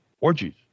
orgies